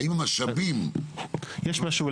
האם המשאבים --- יש משהו,